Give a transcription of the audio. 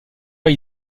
pas